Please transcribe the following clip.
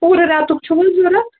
پوٗرٕ رٮ۪تُک چھُوٕ ضروٗرت